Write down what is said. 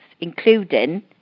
including